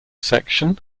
section